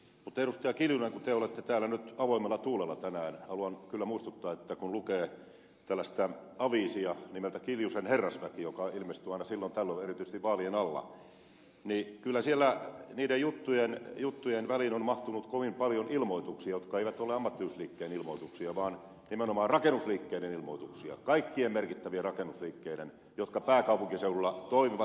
kimmo kiljunen kun te olette täällä nyt avoimella tuulella tänään haluan kyllä muistuttaa että kun lukee tällaista aviisia nimeltä kiljusen herrasväki joka ilmestyy aina silloin tällöin erityisesti vaalien alla niin kyllä siellä niiden juttujen väliin on mahtunut kovin paljon ilmoituksia jotka eivät ole ammattiyhdistysliikkeen ilmoituksia vaan nimenomaan rakennusliikkeiden ilmoituksia kaikkien merkittävien rakennusliikkeiden jotka pääkaupunkiseudulla toimivat